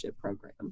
program